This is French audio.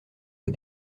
les